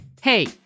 Hey